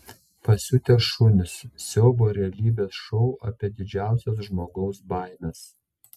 pasiutę šunys siaubo realybės šou apie didžiausias žmogaus baimes